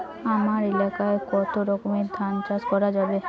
হামার এলাকায় কতো রকমের ধান চাষ করা যাবে?